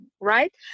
right